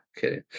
kidding